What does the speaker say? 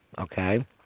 okay